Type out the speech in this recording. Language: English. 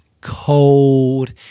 cold